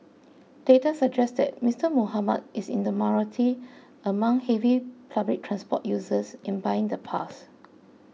data suggest that Mister Muhammad is in the minority among heavy public transport users in buying the pass